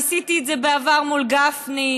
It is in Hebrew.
ניסיתי את זה בעבר מול גפני,